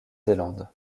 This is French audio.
zélande